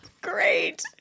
Great